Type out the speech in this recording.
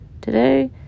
today